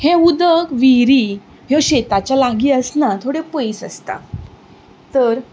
हें उदक ह्यो शेताच्या लागीं आसना थोड्यो पयस आसता तर